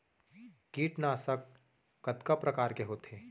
कीटनाशक कतका प्रकार के होथे?